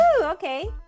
okay